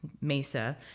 Mesa